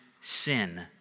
sin